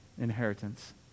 inheritance